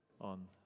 on